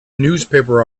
newspaper